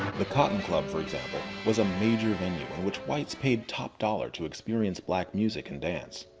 the cotton club, for example, was a major venue in which whites paid top dollar to experience black music and dance.